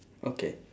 okay